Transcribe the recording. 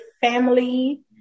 family